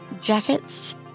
jackets